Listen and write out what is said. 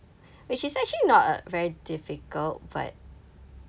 which is actually not uh very difficult but